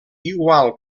igual